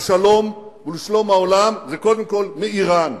לשלום ולשלום העולם זה קודם כול מאירן.